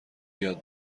یاد